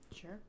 Sure